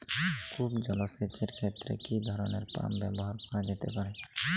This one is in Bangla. কূপ জলসেচ এর ক্ষেত্রে কি ধরনের পাম্প ব্যবহার করা যেতে পারে?